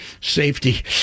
safety